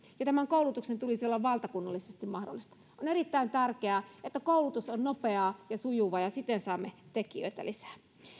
tämän koulutuksen tulisi olla valtakunnallisesti mahdollista on erittäin tärkeää että koulutus on nopeaa ja sujuvaa ja siten saamme tekijöitä lisää